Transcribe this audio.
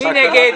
מי נגד?